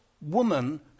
woman